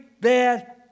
bad